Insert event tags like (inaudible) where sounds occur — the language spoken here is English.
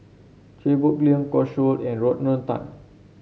Chia Boon Leong (unintelligible) and Rodney Tan